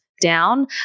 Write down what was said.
down